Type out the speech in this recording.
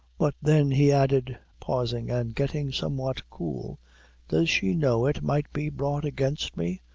but then, he added, pausing, and getting somewhat cool does she know it might be brought against me,